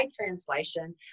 translation